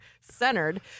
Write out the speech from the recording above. centered